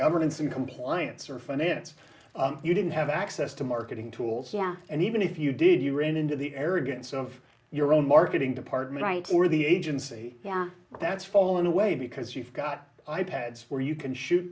governance and compliance or finance you didn't have access to marketing tools and even if you did you ran into the arrogance of your own marketing department right or the agency that's fallen away because you've got i pads where you can shoot